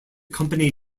company